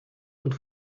und